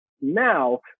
now